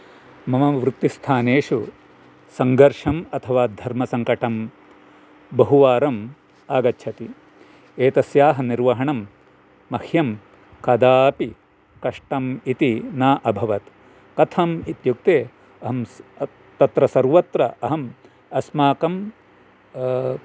मम वृत्तिस्थानेषु सङ्घर्षं अथवा धर्मसङ्कटं बहुवारं आगच्छति एतस्याः निर्वहणं मह्यं कदापि कष्टं इति न अभवत् कथं इत्युक्ते अहं तत्र सर्वत्र अहं अस्माकं